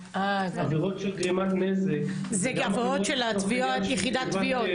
עבירות של גרימת נזק--- זה עבירות של יחידת תביעות.